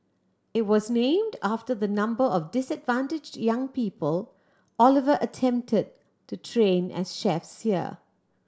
it was named after the number of disadvantaged young people Oliver attempted to train as chefs there